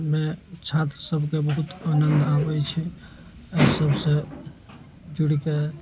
मे छात्र सबके बहुत आनन्द आबय छै अइ सबसँ जुड़िके